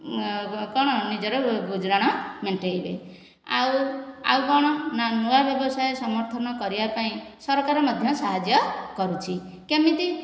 କ'ଣ ନିଜର ଗୁଜରାଣ ମେଣ୍ଟାଇବେ ଆଉ ଆଉ କ'ଣ ନା ନୂଆ ବ୍ୟବସାୟ ସମର୍ଥନ କରିବା ପାଇଁ ସରକାର ମଧ୍ୟ ସାହାଯ୍ୟ କରୁଛି କେମିତି